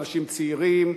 אנשים צעירים,